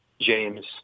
James